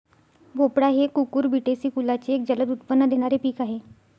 भोपळा हे कुकुरबिटेसी कुलाचे एक जलद उत्पन्न देणारे पीक आहे